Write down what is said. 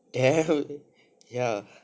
damn ya